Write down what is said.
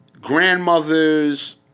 grandmothers